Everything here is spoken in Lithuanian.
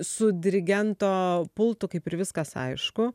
su dirigento pultu kaip ir viskas aišku